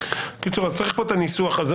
בקיצור צריך פה את הניסוח הזה.